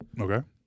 Okay